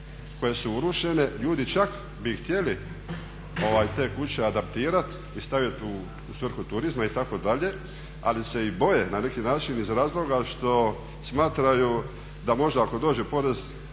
koje su urušene. Ljudi čak bi i htjeli te kuće adaptirati i staviti u svrhu turizma itd. ali se i boje na neki način iz razloga što smatraju da možda ako dođe porez